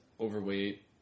overweight